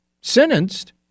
sentenced